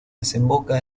desemboca